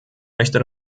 möchte